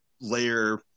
layer